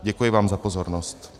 Děkuji vám za pozornost.